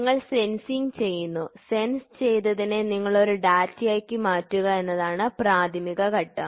നിങ്ങൾ സെൻസിംഗ് ചെയ്യുന്നു സെൻസ് ചെയ്തതിനെ നിങ്ങൾ ഒരു ഡാറ്റയാക്കി മാറ്റുക എന്നതാണ് പ്രാഥമിക ഘട്ടം